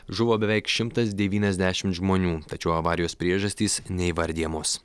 žuvo beveik šimtas devyniasdešimt žmonių tačiau avarijos priežastys neįvardijamos